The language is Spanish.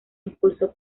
impulso